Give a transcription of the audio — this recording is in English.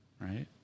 right